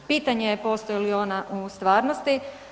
Pitanje je, postoji li ona u stvarnosti?